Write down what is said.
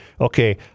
Okay